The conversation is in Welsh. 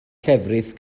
llefrith